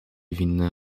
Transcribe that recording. winny